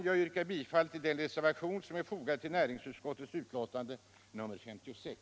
Jag yrkar bifall till den reservation som är fogad vid näringsutskottets betänkande 56.